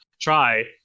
try